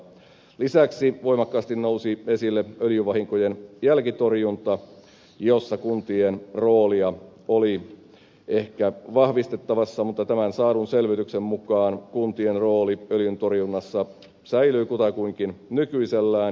lisäksi voimakkaasti nousi esille öljyvahinkojen jälkitorjunta jossa kuntien roolia oli ehkä vahvistettavissa mutta tämän saadun selvityksen mukaan kuntien rooli öljyntorjunnassa säilyi kutakuinkin nykyisellään